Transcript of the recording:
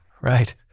Right